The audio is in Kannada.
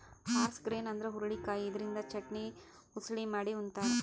ಹಾರ್ಸ್ ಗ್ರೇನ್ ಅಂದ್ರ ಹುರಳಿಕಾಯಿ ಇದರಿಂದ ಚಟ್ನಿ, ಉಸಳಿ ಮಾಡಿ ಉಂತಾರ್